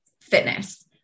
fitness